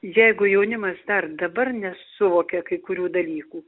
jeigu jaunimas dar dabar nesuvokia kai kurių dalykų